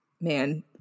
man